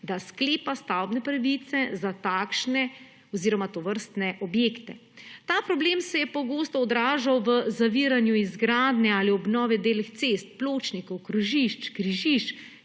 da sklepa stavbne pravice za takšne oziroma tovrstne objekte. Ta problem se je pogosto odražal v zaviranju izgradnje ali obnove delih cest, pločnikov, krožišč, križišč,